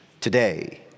today